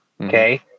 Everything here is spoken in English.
Okay